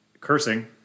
cursing